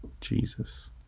Jesus